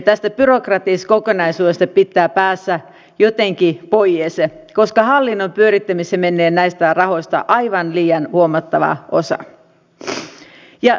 tästä byrokraattisesta kokonaisuudesta pitää päästä jotenkin pois koska hallinnon pyörittämiseen menee näistä rahoista aivan liian huomattava osa